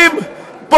אתה